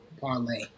parlay